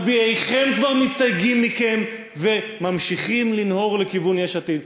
מצביעיכם כבר מסתייגים מכם וממשיכים לנהור לכיוון יש עתיד.